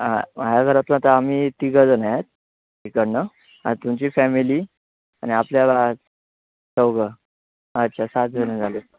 आं माझ्या घरातून आता आम्ही तिघंजणं आहेत इकडनं आ तुमची फॅमिली आणि आपल्याला चौघं अच्छा सातजणं झाले आहेत